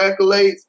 accolades